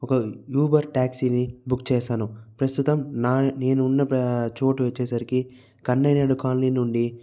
ఒక ఊబర్ టాక్సీని బుక్ చేశాను ప్రస్తుతం నా నేను ఉన్న ప్రా చోటు వచ్చేసరికి కన్నెరేడు కాలనీ నుండి